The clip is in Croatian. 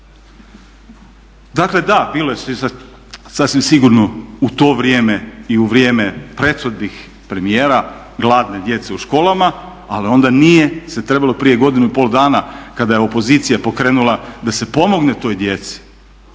Dakle da, bilo je sasvim sigurno u to vrijeme i u vrijeme prethodnih premijera gladne djece u školama ali onda nije se trebalo prije godinu i pol dana kada je opozicija pokrenula da se pomogne toj djeci,